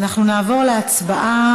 אנחנו נעבור להצבעה.